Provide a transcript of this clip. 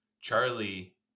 Charlie